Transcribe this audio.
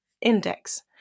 index